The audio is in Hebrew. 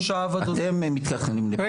אתם מתכננים לפריימריז.